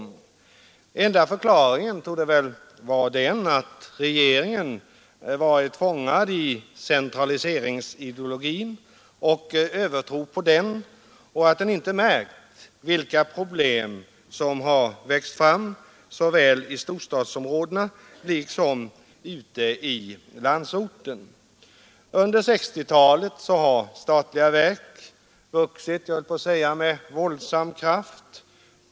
Den enda förklaringen torde vara den att regeringen varit fångad i övertro på centraliseringsideologin och att den inte märkt vilka problem som växt fram såväl i storstadsområdena som ute på landsbygden. Under 1960-talet har statliga verk vuxit upp med, jag höll på att säga våldsam kraft.